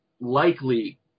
likely